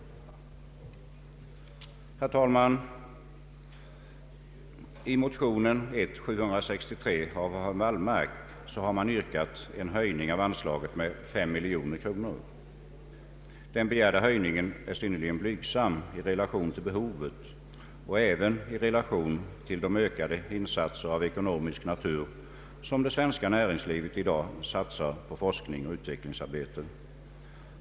I motionen 1: 763 av herr Wallmark har yrkats på en höjning av anslaget med 5 miljoner kronor. Den begärda höjningen är synnerligen blygsam i relation till behovet och även i relation till de ökade insatser av ekonomisk natur som det svenska näringslivet i dag gör när det gäller forskning och utvecklingsarbete.